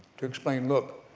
to explain look,